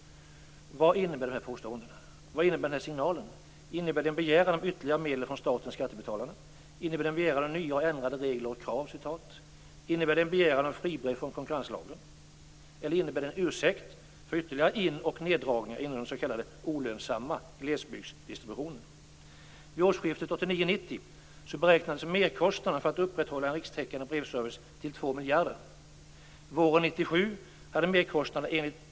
Vad innebär de här påståendena? Vad innebär denna signal? Innebär det en begäran om ytterligare medel från staten - skattebetalarna? Innebär det en begäran om nya och ändrade "regler och krav"? Innebär det en begäran om fribrev från konkurrenslagen? Eller innebär det en ursäkt för ytterligare in och neddragningar inom den s.k. olönsamma glesbygdsdistributionen?